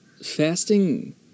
fasting